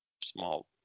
small